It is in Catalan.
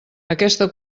aquesta